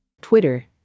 Twitter